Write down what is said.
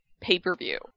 pay-per-view